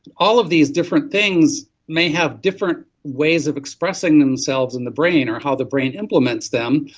all of these different things may have different ways of expressing themselves in the brain or how the brain implements them,